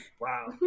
Wow